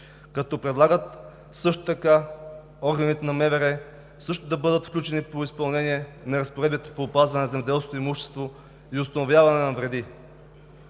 като предлагат органите на МВР също да бъдат включени при изпълнението на разпоредбите по опазване на земеделското имущество и установяването на вреди.